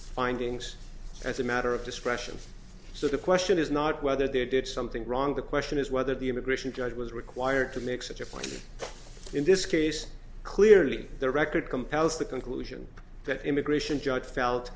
findings as a matter of discretion so the question is not whether they did something wrong the question is whether the immigration judge was required to make such a point in this case clearly the record compels the conclusion that immigration judge felt